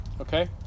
Okay